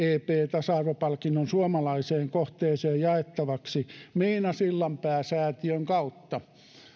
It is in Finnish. tasa arvopalkinnon suomalaiseen kohteeseen jaettavaksi miina sillanpään säätiön kautta